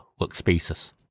workspaces